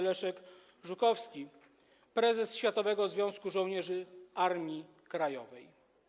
Leszek Żukowski, prezes Światowego Związku Żołnierzy Armii Krajowej: